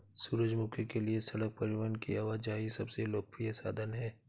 सूरजमुखी के लिए सड़क परिवहन की आवाजाही सबसे लोकप्रिय साधन है